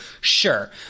Sure